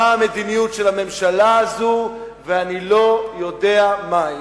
מה המדיניות של הממשלה הזאת, ואני לא יודע מהי.